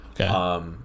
Okay